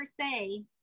say